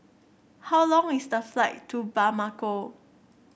how long is the flight to Bamako